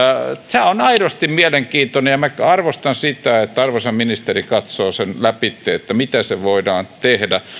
tämä on aidosti mielenkiintoinen ja minä arvostan sitä että arvoisa ministeri katsoo sen läpi miten se voidaan tehdä